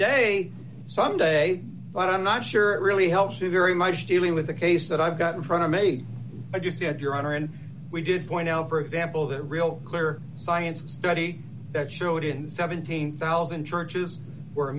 day some day but i'm not sure it really helps you very much dealing with the case that i've got in front of me i just did your honor and we did point out for example the real clear science study that showed in the seventeen thousand churches where a